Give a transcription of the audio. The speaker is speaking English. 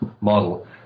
model